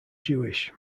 jewish